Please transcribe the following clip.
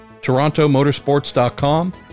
torontomotorsports.com